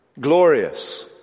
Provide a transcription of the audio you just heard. glorious